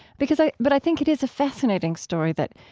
because i but i think it is a fascinating story that,